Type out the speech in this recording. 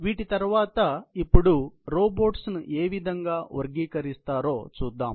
వీటి తరువాత ఇప్పుడు రోబోట్స్ ని ఏవిధంగా వర్గీకరిస్తారో చూద్దాం